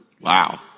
Wow